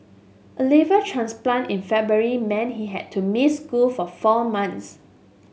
a liver transplant in February meant he had to miss school for four months